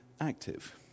active